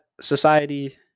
society